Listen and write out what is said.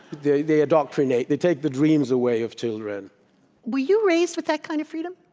they they indoctrinate. they take the dreams away of children were you raised with that kind of freedom?